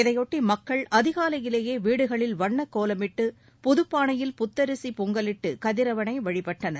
இதையொட்டி மக்கள் அதிகாலையிலேயே வீடுகளில் வண்ணக் கோலமிட்டு புதப்பானையில் புத்தரிசி பொங்கலிட்டு கதிரவனை வழிபட்டனர்